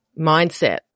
mindset